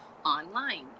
Online